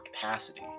capacity